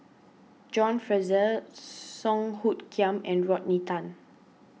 John Fraser Song Hoot Kiam and Rodney Tan